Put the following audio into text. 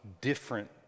different